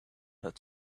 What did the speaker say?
had